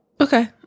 okay